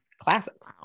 Classics